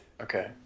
okay